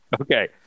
Okay